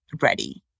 ready